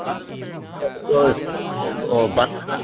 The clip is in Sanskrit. आ तत् क्लोज् ओ ओ वार्ता